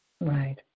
right